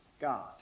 God